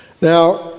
Now